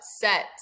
set